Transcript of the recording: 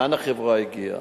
לאן החברה הגיעה.